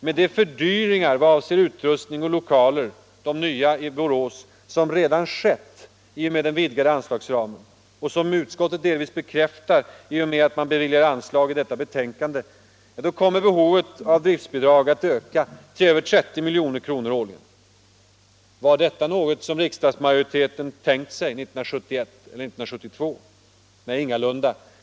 Med de fördyringar för utrustning och lokaler — alltså de nya lokalerna i Borås —- som redan skett i och med den vidgade anslagsramen, som utskottet delvis har bekräftat med anslagsbeviljandet i förevarande betänkande, kommer behovet av driftbidrag att öka till över 30 miljoner årligen. Var detta något som riksdagsmajoriteten tänkte sig 1971 och 1972? Nej, ingalunda!